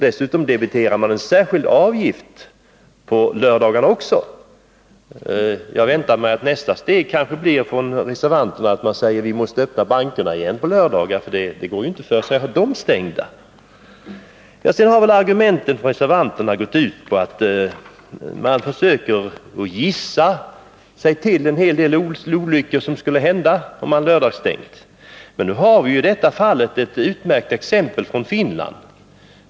Dessutom debiterar posten en särskild avgift på lördagarna. Jag väntar mig att reservanternas nästa steg blir att vi måste öppna bankerna på lördagarna, för det går inte för sig att ha dem stängda. Reservanternas argument går ut på att de försöker gissa sig till en hel del olyckor som skulle hända om systembutikerna har lördagsstängt. Men vi har i det fallet ett utmärkt exempel från Finland.